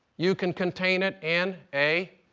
you can contain it in a